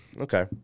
okay